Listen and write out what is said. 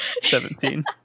Seventeen